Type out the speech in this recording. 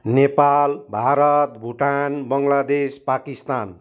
Nepal Bharat Bhutan Bangladesh Pakistan